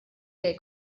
gay